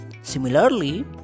Similarly